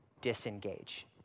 disengage